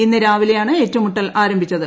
ഇന്ന് രാവിലെയാണ് ഏറ്റുമുട്ടൽ ആരംഭിച്ചത്